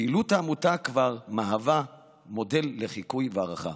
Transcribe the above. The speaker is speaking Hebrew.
פעילות העמותה כבר מהווה מודל לחיקוי והערכה.